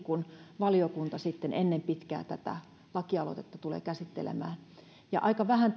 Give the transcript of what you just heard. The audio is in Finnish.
kun valiokunta sitten ennen pitkää tätä lakialoitetta tulee käsittelemään ja aika vähän